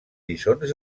lliçons